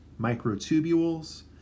microtubules